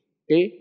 okay